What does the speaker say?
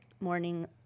morning